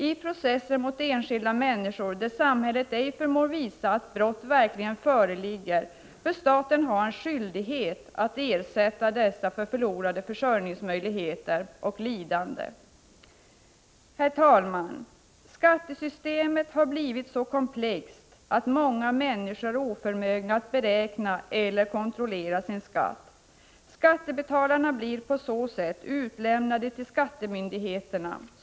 I processer mot enskilda människor där samhället ej förmår visa att brott verkligen föreligger bör staten ha en skyldighet att ersätta dessa för förlorade försörjningsmöjligheter och lidande. Herr talman! Skattesystemet har blivit så komplext att många människor är oförmögna att beräkna eller kontrollera sin skatt. Skattebetalarna blir på så sätt utlämnade till skattemyndigheterna.